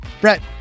Brett